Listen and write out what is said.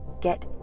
get